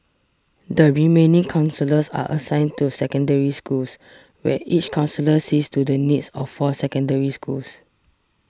the remaining counsellors are assigned to Secondary Schools where each counsellor sees to the needs of four Secondary Schools